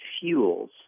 fuels